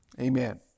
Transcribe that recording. Amen